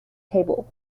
table